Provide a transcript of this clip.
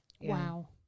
Wow